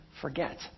forget